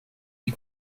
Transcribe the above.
die